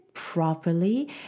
properly